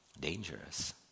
Dangerous